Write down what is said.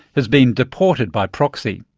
has been deported by proxy.